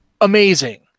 Amazing